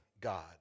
God